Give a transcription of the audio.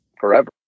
forever